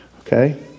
Okay